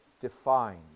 defined